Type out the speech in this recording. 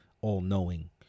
all-knowing